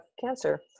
cancer